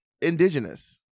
indigenous